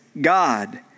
God